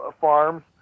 farms